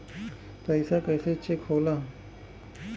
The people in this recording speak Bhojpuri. पैसा कइसे चेक होला?